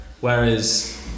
Whereas